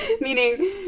Meaning